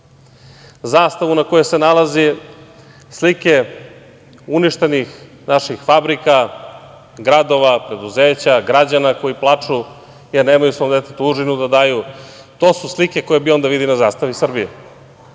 zastavu na kojoj se nalaze slike uništenih naših fabrika, gradova, preduzeća, građana koji plaču, jer nemaju svom detetu užinu da daju. To su slike koje bi on da vidi na zastavi Srbije.